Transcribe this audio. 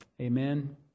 Amen